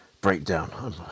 breakdown